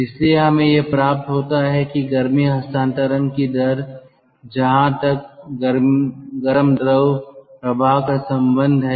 इसलिए हमें यह प्राप्त होता है कि गर्मी हस्तांतरण की दर जहां तक गर्म द्रव प्रवाह का संबंध है